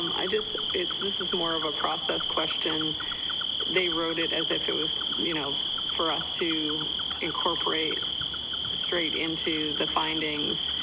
um i guess it's this is more of a process question they wrote it as if it was you know for us to incorporate the straight into the findings,